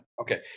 Okay